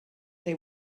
they